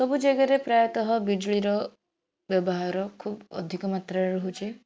ସବୁ ଜାଗାରେ ପ୍ର ୟତଃ ବିଜୁଳିର ବ୍ୟବହାର ଖୁବ୍ ଅଧିକ ମାତ୍ରାରେ ହେଉଛି